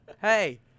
Hey